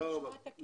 צריך לשמוע את הקרן.